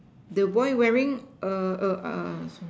the boy wearing a a sorry